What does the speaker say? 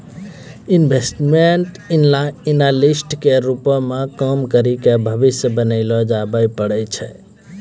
investment analyst के रूपो मे काम करि के भविष्य बनैलो जाबै पाड़ै